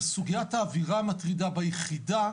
אבל סוגיית האווירה המטרידה ביחידה,